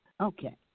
Okay